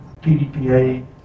PDPA